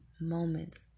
moment